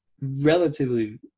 relatively –